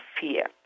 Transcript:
fear